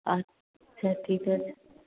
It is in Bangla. আচ্ছা ঠিক আছে